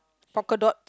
polka dot